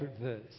verse